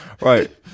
Right